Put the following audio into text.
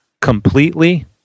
completely